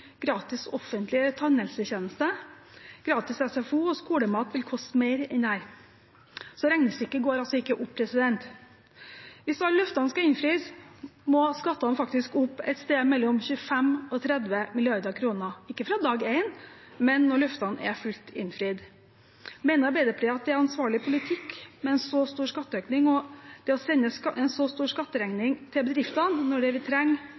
gratis offentlig tannhelsetjeneste, gratis SFO og skolemat vil koste mer enn dette. Regnestykket går altså ikke opp. Hvis alle løftene skal innfris, må skattene faktisk opp et sted mellom 25 og 30 mrd. kr – ikke fra dag én, men når løftene er fullt innfridd. Mener Arbeiderpartiet at det er ansvarlig politikk med en så stor skatteøkning og det å sende en så stor skatteregning til bedriftene, når det vi trenger